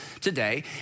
today